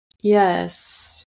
Yes